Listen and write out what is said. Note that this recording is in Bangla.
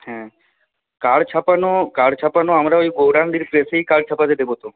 হ্যাঁ কার্ড ছাপানো কার্ড ছাপানো আমরা ওই গোরান্ডির প্রেসেই কার্ড ছাপাতে দেবো তো